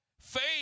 Faith